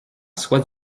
soit